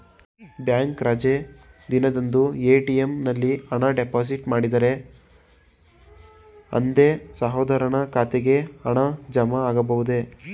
Bank ರಜೆ ದಿನದಂದು ATM ನಲ್ಲಿ ಹಣ ಡಿಪಾಸಿಟ್ ಮಾಡಿದರೆ ಅಂದೇ ಸಹೋದರನ ಖಾತೆಗೆ ಹಣ ಜಮಾ ಆಗಬಹುದೇ?